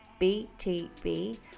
BTB